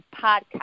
podcast